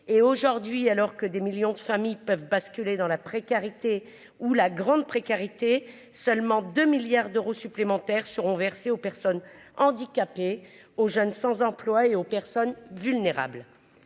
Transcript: et aujourd'hui, alors que des millions de familles peuvent basculer dans la précarité ou la grande précarité, seulement 2 milliards d'euros supplémentaires seront versés aux personnes handicapées, aux jeunes sans emploi et aux personnes vulnérables